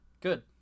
Good